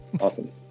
Awesome